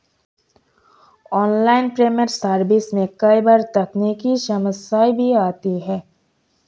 online payment service में कई बार तकनीकी समस्याएं भी आती है